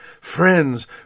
Friends